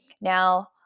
now